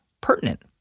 pertinent